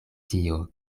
tio